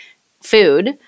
food